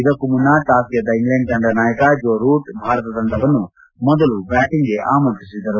ಇದಕ್ಕೂ ಮುನ್ನ ಟಾಸ್ ಗೆದ್ದ ಇಂಗ್ಲೆಂಡ್ ತಂಡದ ನಾಯಕ ಜೋ ರೂಟ್ ಭಾರತ ತಂಡವನ್ನು ಮೊದಲು ಬ್ಯಾಟಂಗ್ಗೆ ಆಮಂತ್ರಿಸಿದರು